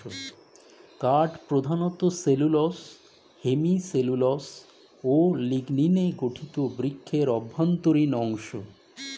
কাঠ প্রধানত cellulose, hemicellulose ও লিগনিনে গঠিত বৃক্ষের অভ্যন্তরীণ অংশ